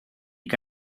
que